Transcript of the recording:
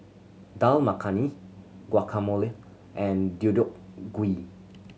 Dal Makhani Guacamole and Deodeok Gui